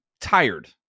tired